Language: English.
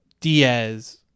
Diaz